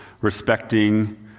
respecting